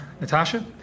Natasha